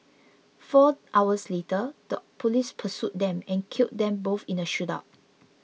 four hours later the police pursued them and killed them both in a shootout